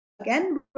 again